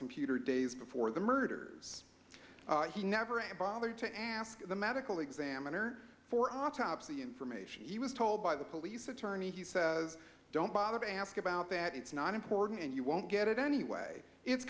computer days before the murders he never and bother to ask the medical examiner for autopsy information he was told by the police attorney he says don't bother to ask about that it's not important and you won't get it anyway it's